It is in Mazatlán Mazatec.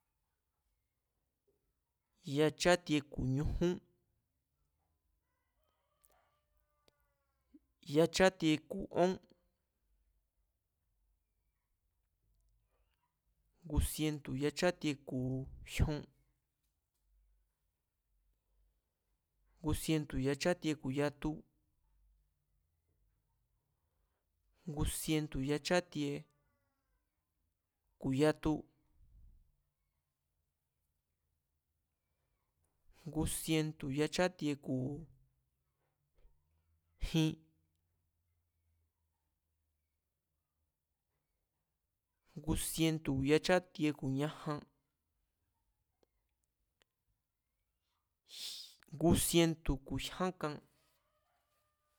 Yachátie ku̱ ñujún, yachátien ku̱ ón, ngu sientu̱ ku̱ yachátie ku̱ jyon, ngu sientu̱ ku̱ yachátie ku̱ yatu, ngu sientu̱ ku̱ yachátie ku̱ jin, ngu sientu̱ ku̱ yachátie ku̱ ñajan, ngu sientu̱ ku̱ jyán kan.